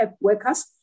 workers